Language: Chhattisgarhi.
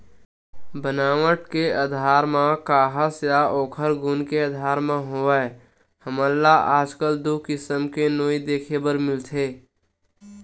बनावट के आधार म काहस या ओखर गुन के आधार म होवय हमन ल आजकल दू किसम के नोई देखे बर मिलथे